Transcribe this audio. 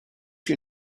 you